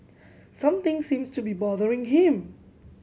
something seems to be bothering him